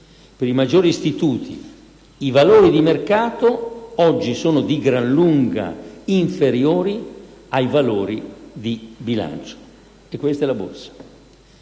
Per i maggiori istituti, i valori di mercato oggi sono di gran lunga inferiori ai valori di bilancio. Questo per